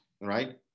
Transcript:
right